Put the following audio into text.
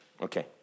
Okay